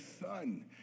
son